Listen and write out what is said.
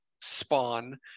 Spawn